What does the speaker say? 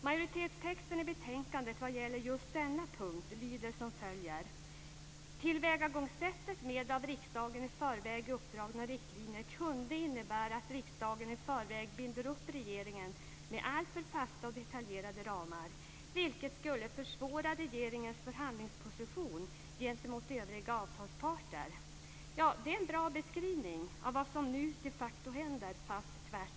Majoritetstexten i betänkandet vad gäller just denna punkt lyder som följer: Tillvägagångssättet med av riksdagen i förväg uppdragna riktlinjer kunde innebära att riksdagen i förväg binder upp regeringen med alltför fasta och detaljerade ramar, vilket skulle försvåra regeringens förhandlingsposition gentemot övriga avtalsparter. Det är en bra beskrivning av vad som nu de facto händer - fast tvärtom.